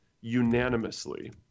unanimously